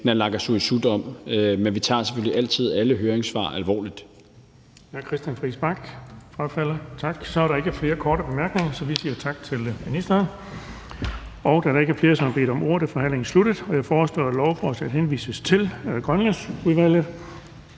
med naalakkersuisut om. Men vi tager selvfølgelig altid alle høringssvar alvorligt. Kl. 13:33 Den fg. formand (Erling Bonnesen): Tak. Så er der ikke flere korte bemærkninger. Vi siger tak til ministeren. Da der ikke er flere, som har bedt om ordet, er forhandlingen sluttet. Jeg foreslår, at lovforslaget henvises til Grønlandsudvalget.